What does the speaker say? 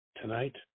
Tonight